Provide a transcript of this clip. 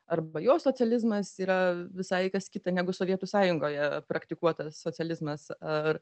arba jo socializmas yra visai kas kita negu sovietų sąjungoje praktikuotas socializmas ar